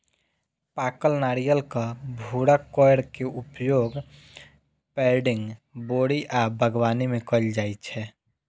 पाकल नारियलक भूरा कॉयर के उपयोग पैडिंग, बोरी आ बागवानी मे कैल जाइ छै